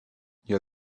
your